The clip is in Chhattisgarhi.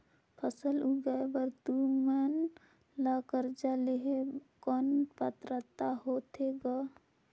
फसल उगाय बर तू मन ला कर्जा लेहे कौन पात्रता होथे ग?